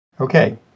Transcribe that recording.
Okay